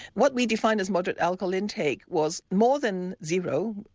what we define as moderate alcohol intake was more than zero,